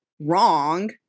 wrong